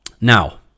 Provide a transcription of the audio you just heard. Now